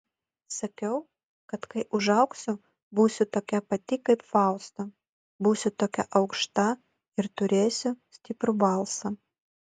sakiau kad kai užaugsiu būsiu tokia pati kaip fausta būsiu tokia aukšta ir turėsiu stiprų balsą